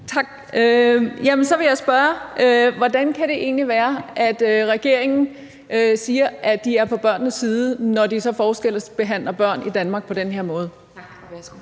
Jamen så vil jeg spørge: Hvordan kan det egentlig være, at regeringen siger, at de er på børnenes side, når de så forskelsbehandler børn i Danmark på den her måde? Kl. 17:13